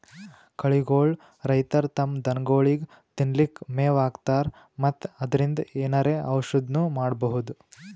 ಕಳಿಗೋಳ್ ರೈತರ್ ತಮ್ಮ್ ದನಗೋಳಿಗ್ ತಿನ್ಲಿಕ್ಕ್ ಮೆವ್ ಹಾಕ್ತರ್ ಮತ್ತ್ ಅದ್ರಿನ್ದ್ ಏನರೆ ಔಷದ್ನು ಮಾಡ್ಬಹುದ್